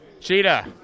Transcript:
Cheetah